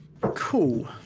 Cool